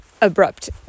abrupt